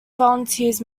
volunteers